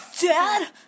Dad